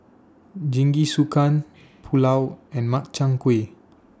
Jingisukan Pulao and Makchang Gui